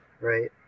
right